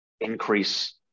increase